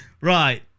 Right